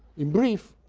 in brief,